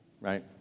right